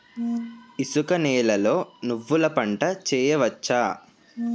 ఇసుక నేలలో నువ్వుల పంట వేయవచ్చా?